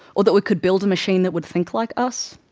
or that we could build a machine that would think like us